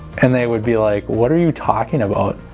and they would be like what are you talking about?